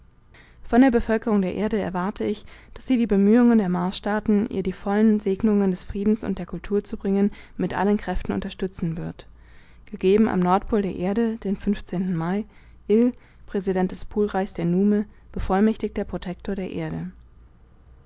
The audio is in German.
von der bevölkerung der erde erwarte ich daß sie die bemühungen der marsstaaten ihr die vollen segnungen des friedens und der kultur zu bringen mit allen kräften unterstützen wird gegeben am nordpol der erde den mai ill präsident des polreichs der nume bevollmächtigter protektor der erde